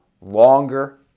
longer